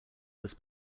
this